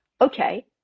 okay